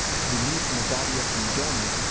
yeah removed from a body, from donor,